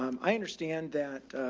um i understand that,